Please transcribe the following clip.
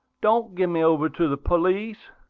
don't give me over to the police!